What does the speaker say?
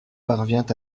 parvient